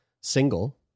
single